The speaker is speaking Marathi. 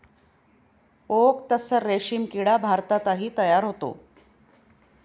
ओक तस्सर रेशीम किडा भारतातही तयार होतो